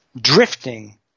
drifting